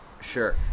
Sure